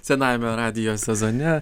senajame radijo sezone